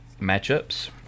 matchups